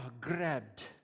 grabbed